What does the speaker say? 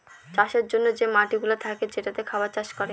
চাষের জন্যে যে মাটিগুলা থাকে যেটাতে খাবার চাষ করে